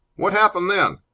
what happened then?